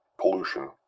pollution